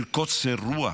של קוצר רוח,